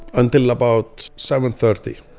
until about seven thirty,